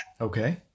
Okay